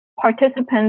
Participants